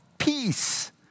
Peace